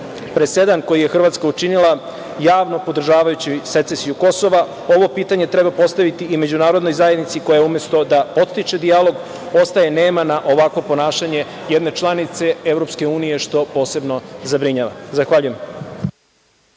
presedan koji je Hrvatska učinila, javno podržavajući secesiju Kosova? Ovo pitanje treba postaviti i međunarodnoj zajednici koja umesto da podstiče dijalog, ostaje nema na ovakvo ponašanje jedne članice EU, što posebno zabrinjava. Zahvaljujem.